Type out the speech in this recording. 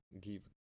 give